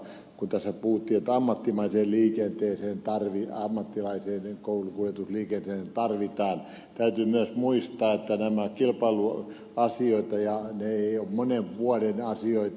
kun tässä puhuttiin että ammattimaiseen liikenteeseen ammattimaiseen koulukuljetusliikenteeseen tarvitaan täytyy myös muistaa että nämä ovat kilpailuasioita ja ne eivät ole monen vuoden asioita